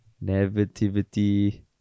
nativity